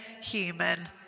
human